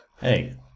Hey